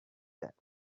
that